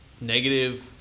negative